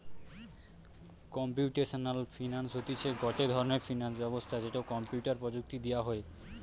computational finance হতিছে গটে ধরণের ফিনান্স ব্যবস্থা যেটো কম্পিউটার প্রযুক্তি দিয়া হই